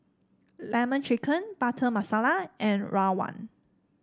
lemon chicken Butter Masala and rawon